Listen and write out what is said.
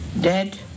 dead